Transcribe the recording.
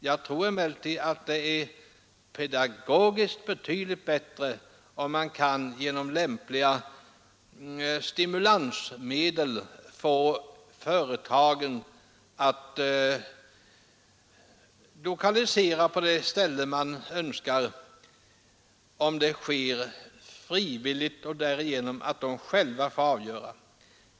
Jag tror emellertid att det är psykologiskt betydligt bättre om man genom lämpliga stimulansmedel kan få företagen att lokalisera sig på det ställe man anser önskvärt, frivilligt och genom eget avgörande.